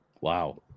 Wow